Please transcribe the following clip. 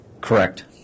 Correct